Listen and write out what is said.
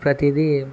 ప్రతీది